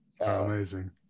Amazing